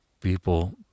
people